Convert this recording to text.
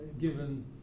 given